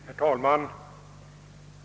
Herr talman!